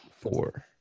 four